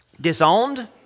disowned